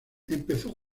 empezó